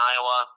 Iowa